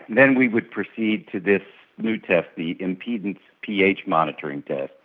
then we would proceed to this new test, the impedance ph monitoring test,